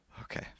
Okay